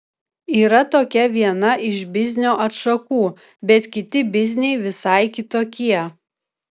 yra tokia viena iš biznio atšakų bet kiti bizniai visai kitokie